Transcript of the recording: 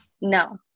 No